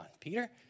Peter